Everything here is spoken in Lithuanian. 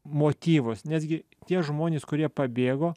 motyvus netgi tie žmonės kurie pabėgo